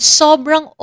sobrang